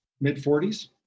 mid-40s